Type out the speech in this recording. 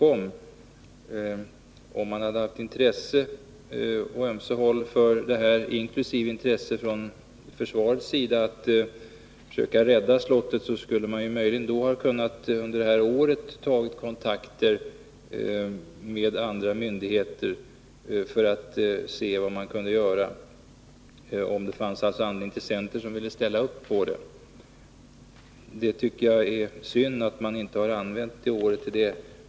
Om man hade haft intresse från försvarets sida för att söka rädda slottet, skulle man under det här året ha kunnat ta kontakter med andra myndigheter för att se vad som kunde göras — om det fanns andra intressenter som ville ställa upp. Jag tycker det är synd att man inte utnyttjat tiden under året för det.